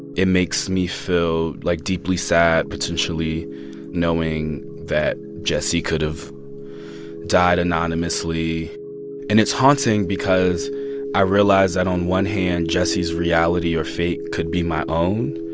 it makes me feel, like, deeply sad potentially knowing that jesse could've died anonymously and it's haunting because i realize that, on one hand, jesse's reality or fate could be my own,